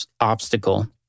obstacle